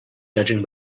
judging